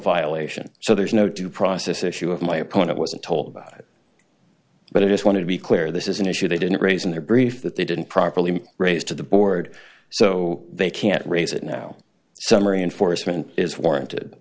violation so there's no due process issue of my opponent wasn't told about it but i just wanted to be clear this is an issue they didn't raise in their brief that they didn't properly raise to the board so they can't raise it now summary enforcement is warranted